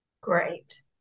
Great